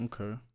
Okay